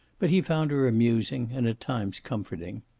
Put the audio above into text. but he found her amusing and at times comforting.